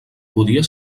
podia